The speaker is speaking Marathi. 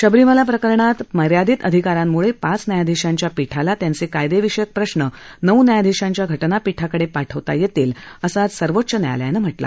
शबरीमाला प्रकरणात मर्यादित अधिकारांमुळे पाच न्यायाधीशांच्या पीठाला त्यांचे कायदेविषयक प्रश्न नऊ न्यायाधीशांच्या घटनापीठाकडे पाठवता येतील असं आज सर्वोच्च न्यायालयानं सांगितलं